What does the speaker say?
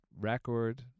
record